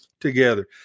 together